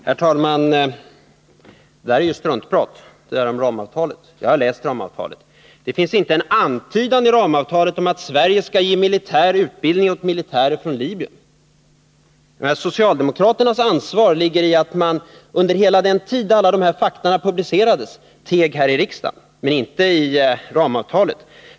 Herr talman! Vad som sägs om ramavtalet är ju struntprat. Jag har läst avtalet. Det finns inte en antydan i ramavtalet om att Sverige skall ge militär utbildning åt militärer från Libyen. Socialdemokraternas ansvar ligger i att man under hela den tid då alla dessa fakta publicerades teg här i riksdagen.